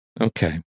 Okay